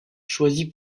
choisies